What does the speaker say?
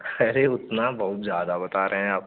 अरे उतना बहुत ज़्यादा बता रहें आप